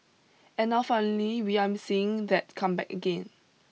and now finally we're seeing that come back again